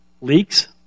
leaks